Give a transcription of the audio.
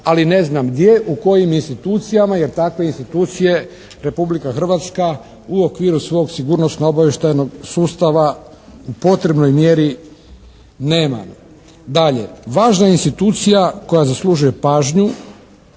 ali ne znam gdje, u kojim institucijama, jer takve institucije Republika Hrvatska u okviru svog sigurnosno-obavještajnog sustava u potrebnoj mjeri nema. Dalje, važna institucija koja zaslužuje pažnju